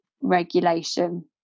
regulation